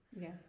Yes